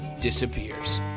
disappears